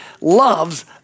loves